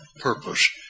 purpose